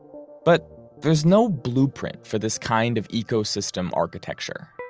but there's no blueprint for this kind of ecosystem architecture